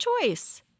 choice